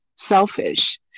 selfish